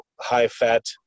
high-fat